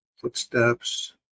footsteps